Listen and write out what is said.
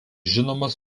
žinomas